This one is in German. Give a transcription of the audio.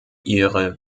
ihre